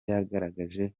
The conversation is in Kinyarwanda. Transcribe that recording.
yaragerageje